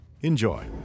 Enjoy